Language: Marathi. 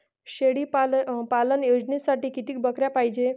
शेळी पालन योजनेसाठी किती बकऱ्या पायजे?